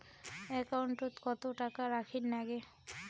একাউন্টত কত টাকা রাখীর নাগে?